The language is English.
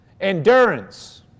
Endurance